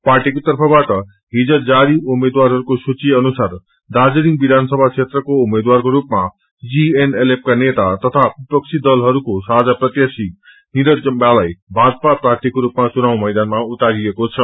पार्टीको तर्फबाट हिज जारी उम्मेद्वारहरूको सूची अनसुार दार्जीलिङ विधानसभा क्षेत्रको उम्मेद्वारको रूपामा जीएनएलएफ को नेता तथा विपक्षी दलहरूको साझा प्रत्याशी नीरज जिम्बालाई भाजपको प्रार्थीको रूपामा चुनाव मैदानमा उतारेको छ